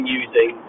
using